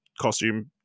costume